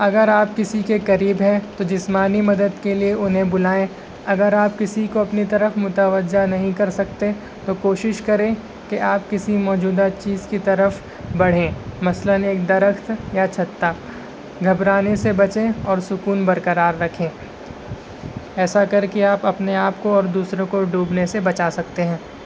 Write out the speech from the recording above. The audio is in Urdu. اگر آپ کسی کے قریب ہیں تو جسمانی مدد کے لیے انہیں بلائیں اگر آپ کسی کو اپنی طرف متوجہ نہیں کر سکتے تو کوشش کریں کہ آپ کسی موجودہ چیز کی طرف بڑھیں مثلاً ایک درخت یا چھتہ گھبرانے سے بچیں اور سکون برقرار رکھیں ایسا کر کے آپ اپنے آپ کو اور دوسرے کو ڈوبنے سے بچا سکتے ہیں